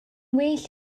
well